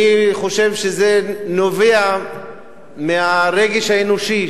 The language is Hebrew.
אני חושב שזה נובע מהרגש האנושי